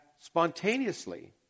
spontaneously